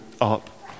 up